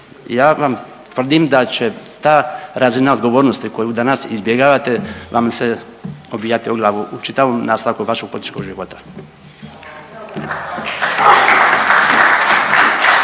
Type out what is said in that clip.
Ja vam tvrdim da će ta razina odgovornosti koju danas izbjegavate vam se obijati o glavu u čitavom nastavku vašeg političkog života.